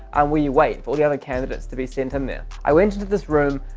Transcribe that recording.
and we wait for the other candidates to be sent in there. i went into this room,